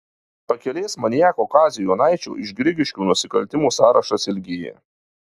pakelės maniako kazio jonaičio iš grigiškių nusikaltimų sąrašas ilgėja